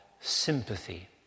sympathy